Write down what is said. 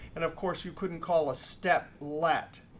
and of course you couldn't call a step let.